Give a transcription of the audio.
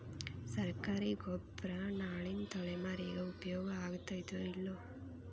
ಸರ್ಕಾರಿ ಗೊಬ್ಬರ ನಾಳಿನ ತಲೆಮಾರಿಗೆ ಉಪಯೋಗ ಆಗತೈತೋ, ಇಲ್ಲೋ?